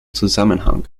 zusammenhang